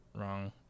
wrong